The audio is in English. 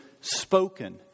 spoken